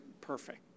perfect